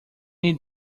need